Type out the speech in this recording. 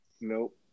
Nope